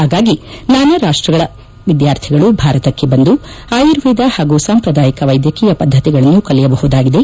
ಹಾಗಾಗಿ ನಾನಾ ರಾಷ್ಟ್ರಗಳ ವಿದ್ಯಾರ್ಥಿಗಳು ಭಾರತಕ್ಕೆ ಬಂದು ಆಯುರ್ವೇದ ಹಾಗೂ ಸಾಂಪ್ರದಾಯಿಕ ವೈದ್ಯಕೀಯ ಪದ್ಯತಿಗಳನ್ನು ಕಲಿಯಬಹುದಾಗಿದೆ